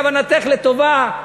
כוונתך לטובה.